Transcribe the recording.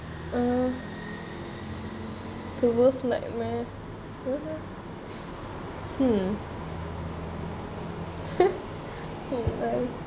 uh the worse nightmare hmm